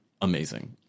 amazing